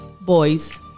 boys